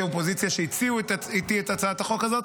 ובאופוזיציה שהציעו איתי את הצעת החוק הזאת.